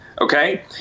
Okay